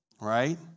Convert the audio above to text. Right